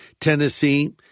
Tennessee